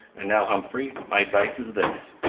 and now, humphrey, my advice is this.